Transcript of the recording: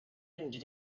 and